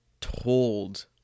told